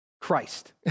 Christ